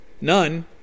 None